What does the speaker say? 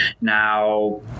Now